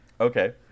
Okay